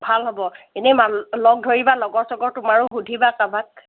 ভাল হ'ব এনেই লগ ধৰিবা লগৰ চগৰ তোমাৰো সুধিবা কাৰোবাক